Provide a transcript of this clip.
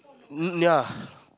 n~ ya